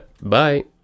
Bye